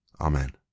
Amen